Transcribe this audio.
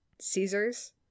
Caesars